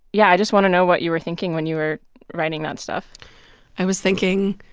yeah, i just want to know what you were thinking when you were writing that stuff i was thinking,